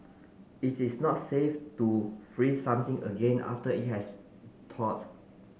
it is not safe to freeze something again after it has thawed